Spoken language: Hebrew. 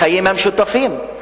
לחיים המשותפים.